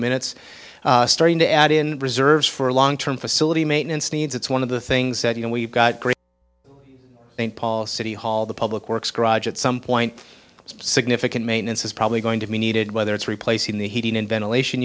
minutes starting to add in reserves for a long term facility maintenance needs it's one of the things that you know we've got great aunt paula city hall the public works project some point significant maintenance is probably going to be needed whether it's replacing the heating and ventilation